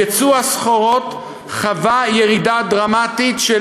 ייצוא הסחורות חווה ירידה דרמטית של